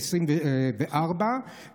העשרים-וארבע,